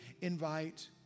invite